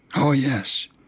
oh, yes,